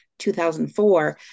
2004